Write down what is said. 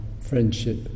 friendship